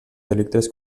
delictes